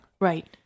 Right